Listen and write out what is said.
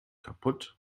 kaputt